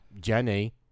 Jenny